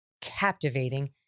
captivating